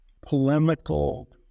polemical